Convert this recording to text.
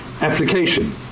application